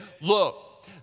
Look